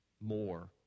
more